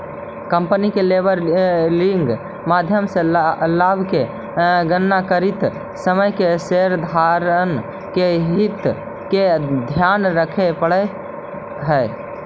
company के leveraging के माध्यम से लाभ के गणना करित समय शेयरधारक के हित के ध्यान रखे पड़ऽ हई